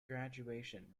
graduation